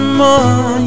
more